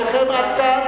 במשט הזה,